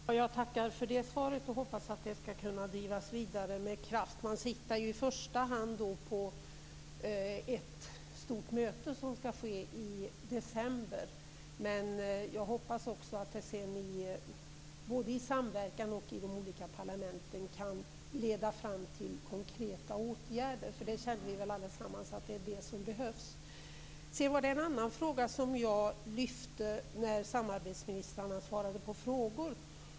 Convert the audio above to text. Herr talman! Jag tackar för det svaret och hoppas att arbetet skall kunna drivas vidare med kraft. Man siktar ju i första hand på ett stort möte i december, men jag hoppas att det sedan, både i samverkan och i de olika parlamenten, kan leda fram till konkreta åtgärder. Vi känner väl alla att det är det som behövs. Jag vill också ta upp en annan fråga, som jag lyfte när samarbetsministrarna svarade på frågor.